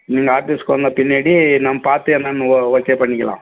நீங்கள் ஆஃபீஸுக்கு வந்த பின்னாடி நம்ம பார்த்து என்னென்னு ஓகே பண்ணிக்கலாம்